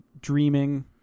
dreaming